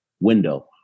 window